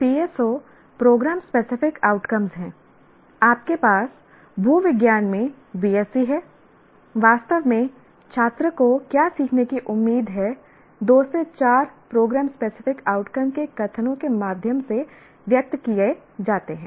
PSO programme specific outcome हैं आपके पास भूविज्ञान में BSc है वास्तव में छात्र को क्या सीखने की उम्मीद है 2 से 4 प्रोग्राम स्पेसिफिक आउटकम के कथनों के माध्यम से व्यक्त किए जाते हैं